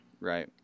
Right